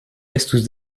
estus